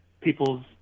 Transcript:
people's